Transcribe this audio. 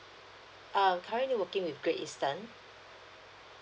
uh currently working with great eastern